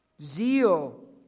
Zeal